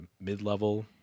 mid-level